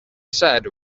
said